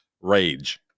rage